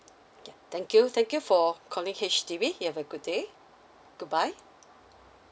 thank you thank you for calling H_D_B have a good day goodbye